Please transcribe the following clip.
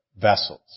vessels